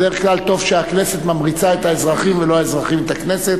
בדרך כלל טוב שהכנסת ממריצה את האזרחים ולא האזרחים את הכנסת.